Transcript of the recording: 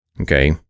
Okay